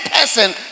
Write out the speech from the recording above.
person